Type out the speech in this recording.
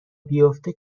بیافته